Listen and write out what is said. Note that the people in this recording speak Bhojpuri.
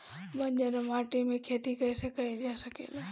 बंजर माटी में खेती कईसे कईल जा सकेला?